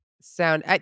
sound